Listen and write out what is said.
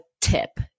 tip